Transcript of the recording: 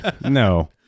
no